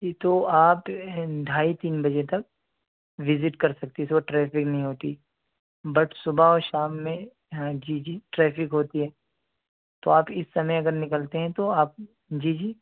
جی تو آپ ڈھائی تین بجے تک وزٹ کر سکتی ہیں اس وقت ٹریفک نہیں ہوتی بٹ صبح اور شام میں ہاں جی جی ٹریفک ہوتی ہے تو آپ اس سمے اگر نکلتے ہیں تو آپ جی جی